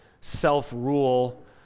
self-rule